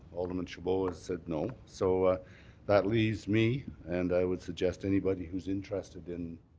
alderman chabot has said no. so ah that leaves me, and i would suggest anybody who's interested in